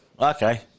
Okay